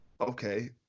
okay